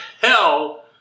hell